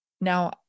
Now